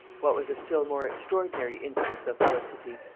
what was a still more extraordinary instance of felicity,